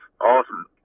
awesome